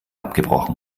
abgebrochen